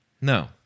No